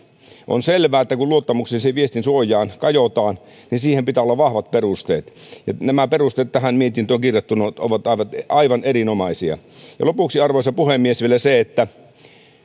on selvää että kun luottamuksellisen viestin suojaan kajotaan niin siihen pitää olla vahvat perusteet nämä perusteet tähän mietintöön kirjattuna ovat aivan erinomaisia vielä lopuksi arvoisa puhemies